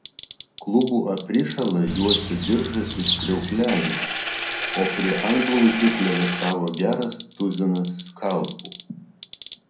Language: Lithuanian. klubų aprišalą juosė diržas iš kriauklelių o prie antblauzdžių plevėsavo geras tuzinas skalpų